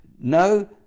no